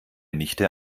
nichte